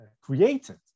created